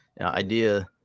idea